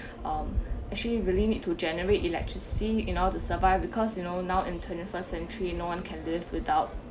um actually really need to generate electricity in order to survive because you know now in twenty first century no one can do without